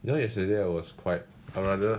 you know yesterday I was quite or rather